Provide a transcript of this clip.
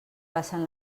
passen